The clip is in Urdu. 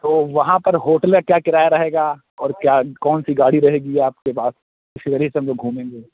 تو وہاں پر ہوٹل کا کیا کرایہ رہے گا اور کیا کون سی گاڑی رہے گی آپ کے پاس جس ایریے میں ہم گھومیں گے